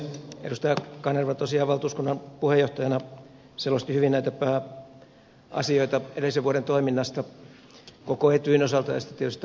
edustaja kanerva tosiaan valtuuskunnan puheenjohtajana selosti hyvin näitä pääasioita edellisen vuoden toiminnasta koko etyjin osalta ja sitten tietysti tämän parlamentaarisen haaran osalta